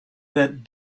that